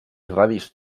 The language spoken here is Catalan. radis